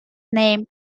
name